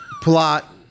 plot